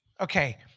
Okay